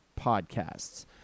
podcasts